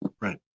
right